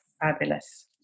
fabulous